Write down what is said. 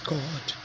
God